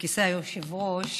בכיסא היושב-ראש